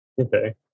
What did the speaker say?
Okay